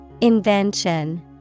Invention